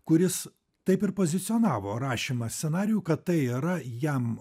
kuris taip ir pozicionavo rašymą scenarijų kad tai yra jam